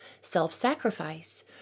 self-sacrifice